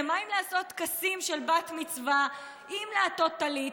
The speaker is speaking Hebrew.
ומה עם לעשות טקסים של בת-מצווה עם לעטות טלית,